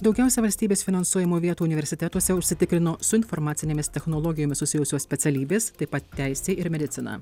daugiausiai valstybės finansuojamų vietų universitetuose užsitikrino su informacinėmis technologijomis susijusios specialybės taip pat teisė ir medicina